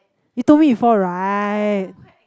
you told me before right